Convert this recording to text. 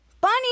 Bunny